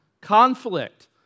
conflict